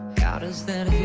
how does that